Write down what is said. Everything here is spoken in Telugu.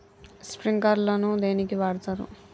స్ప్రింక్లర్ ను దేనికి వాడుతరు?